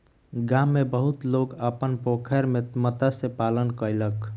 गाम में बहुत लोक अपन पोखैर में मत्स्य पालन कयलक